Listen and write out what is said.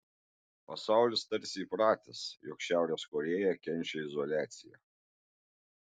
pasaulis tarsi įpratęs jog šiaurės korėja kenčia izoliaciją